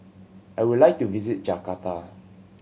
I would like to visit Jakarta